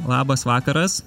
labas vakaras